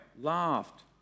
laughed